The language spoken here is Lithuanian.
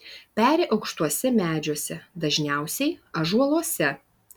peri aukštuose medžiuose dažniausiai ąžuoluose